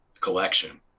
collection